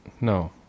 no